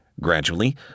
Gradually